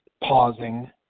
pausing